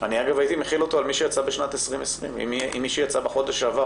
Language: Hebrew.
אני הייתי מחיל אותו על מי שיצאה בשנת 2020. אם מישהי יצאה בחודש שעבר,